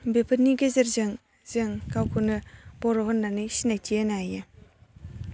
बेफोरनि गेजेरजों जों गावखौनो बर' होननानै सिनायथि होनो हायो